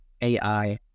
ai